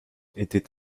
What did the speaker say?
était